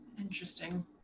Interesting